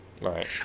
Right